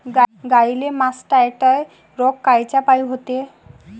गाईले मासटायटय रोग कायच्यापाई होते?